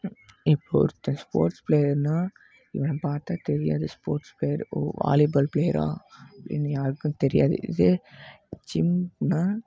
இப்போது ஒருத்தன் ஸ்போர்ட்ஸ் ப்ளேயர்னால் இவனை பார்த்தா தெரியாது ஸ்போர்ட்ஸ் ப்ளேயர் ஓ வாலிபால் ப்ளேயரா அப்படின்னு யாருக்கும் தெரியாது இதே ஜிம்னால்